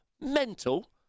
mental